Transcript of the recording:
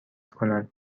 کنند